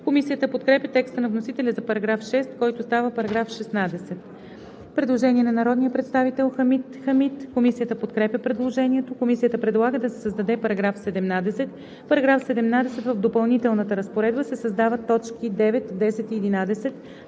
Комисията подкрепя текста на вносителя за § 6, който става § 16. Предложение на народния представител Хамид Хамид. Комисията подкрепя предложението. Комисията предлага да се създаде § 17: „§ 17. В допълнителната разпоредба се създават т. 9, 10 и 11: